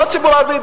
לא הציבור הערבי,